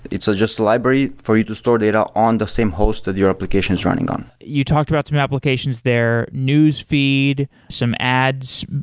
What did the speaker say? it's ah just library for you to store data on the same host that your application is running on. you talked about some applications there, newsfeed, some ads,